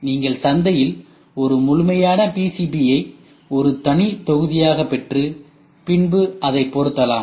நீங்கள் சந்தையில் ஒரு முழுமையான பிசிபியை ஒரு தனி தொகுதியாகப் பெற்று பின்பு அதை பொருத்தலாம்